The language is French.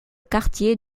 quartier